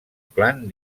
clan